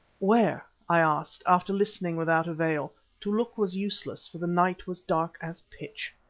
where? i asked, after listening without avail to look was useless, for the night was dark as pitch.